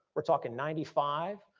we're talking ninety five,